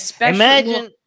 Imagine